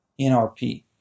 NRP